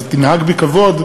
אז תנהג בי כבוד.